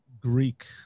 greek